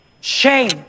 Shame